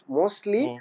mostly